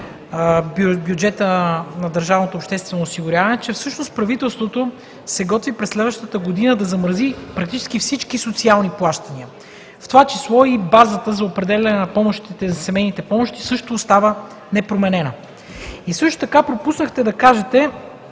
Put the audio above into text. бюджета на Държавното обществено осигуряване, че всъщност правителството се готви през следващата година да замрази практически всички социални плащания, в това число и базата за определяне на семейните помощи, която също остава непроменена. Също така пропуснахте да кажете